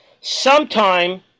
sometime